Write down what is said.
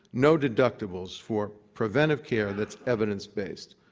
no deductibles for preventive care that's evidence based.